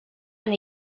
and